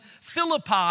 Philippi